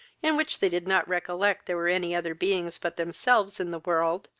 in which they did not recollect there were any other beings but themselves in the world,